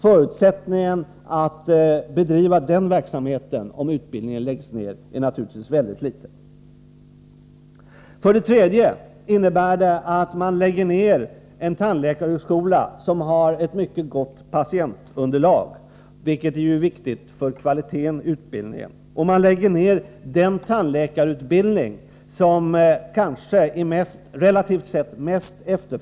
Förutsättningarna för att bedriva den verksamheten blir naturligtvis väldigt små. För det fjärde är det här fråga om en tandläkarhögskola som har ett mycket gott patientunderlag, vilket är viktigt för kvaliteten i utbildningen. Det är också fråga om en tandläkarutbildning som relativt sett kanske är mest efterfrågad bland studenterna.